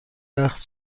رقص